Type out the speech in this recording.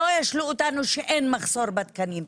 שלא ישלו אותנו שאין מחסור בתקנים.